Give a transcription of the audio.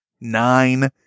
Nine